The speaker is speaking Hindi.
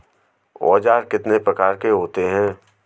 औज़ार कितने प्रकार के होते हैं?